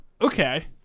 okay